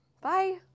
Bye